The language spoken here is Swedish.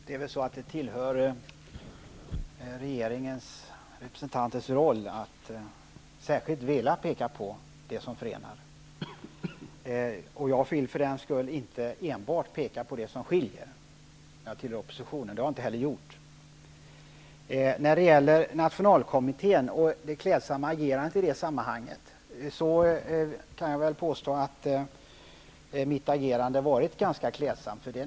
Herr talman! Det tillhör väl rollen för regeringens representanter att särskilt vilja peka på det som förenar. Jag som tillhör oppositionen vill för den sakens skull inte enbart peka på det som skiljer. Det har jag inte heller gjort. När det gäller nationalkommittén och ett klädsamt agerande, kan jag väl påstå att mitt agerande har varit ganska klädsamt.